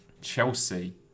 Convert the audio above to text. Chelsea